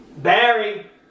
Barry